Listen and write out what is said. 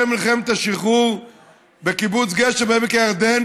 מלחמת השחרור בקיבוץ גשר שבעמק הירדן,